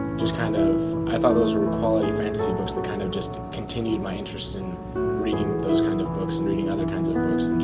just kind of i thought those were quality fantasy books that kind of just continued my interest in reading those kinds of books, and reading other kinds of